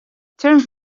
turn